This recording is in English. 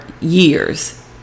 years